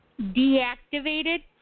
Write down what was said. deactivated